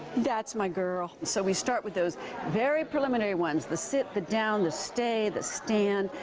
that's my girl. so we start with those very preliminary ones, the sit the down the stay the stand.